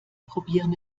probieren